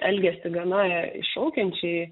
elgiasi gana iššaukiančiai